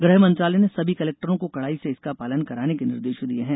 गृहमंत्रालय ने सभी कलेक्टरों को कड़ाई से इसका पालन कराने के निर्देश दिये हैं